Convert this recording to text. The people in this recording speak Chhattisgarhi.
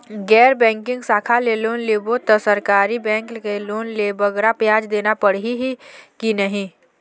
गैर बैंकिंग शाखा ले लोन लेबो ता सरकारी बैंक के लोन ले बगरा ब्याज देना पड़ही ही कि नहीं?